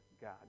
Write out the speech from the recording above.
God